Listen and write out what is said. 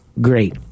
great